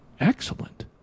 excellent